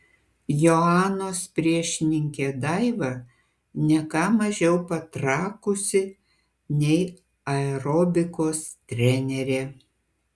joanos priešininkė daiva ne ką mažiau patrakusi nei aerobikos trenerė